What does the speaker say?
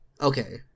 okay